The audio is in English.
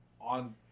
on